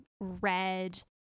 red